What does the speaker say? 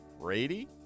Brady